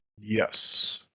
Yes